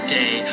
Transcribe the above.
day